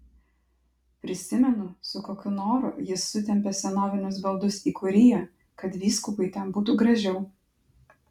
prisimenu su kokiu noru jis sutempė senovinius baldus į kuriją kad vyskupui ten būtų gražiau